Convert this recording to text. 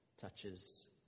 touches